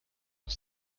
auf